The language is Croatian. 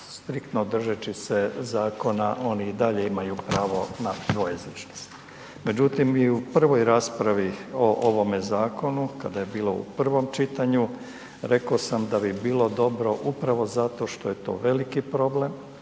striktno držeći se zakona oni i dalje imaju pravo na dvojezičnost. Međutim, i u prvoj raspravi o ovome zakonu kada je bila u prvom čitanju reko sam da bi bilo dobro upravo zato što je to veliki problem,